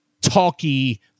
talky